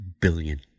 billion